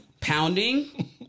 pounding